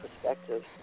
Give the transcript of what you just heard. Perspective